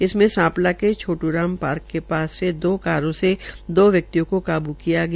इसमें सांपला के छोट्राम पाारक के पास से कारों से दो व्यक्तियों को काबू किया गया